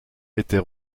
était